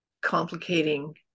complicating